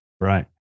right